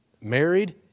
married